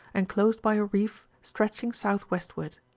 enclosed by a reef stretching south westward.